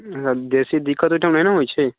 बेसी दिक्कत ओहिठाम नहि ने होइ छै